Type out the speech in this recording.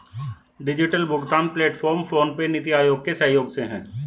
digital भुगतान platform PhonePe, NITI Aayog के सहयोग से है